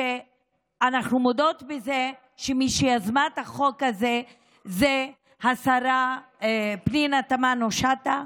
שאנחנו מודות בזה שמי שיזמה את החוק הזה היא השרה פנינה תמנו שטה.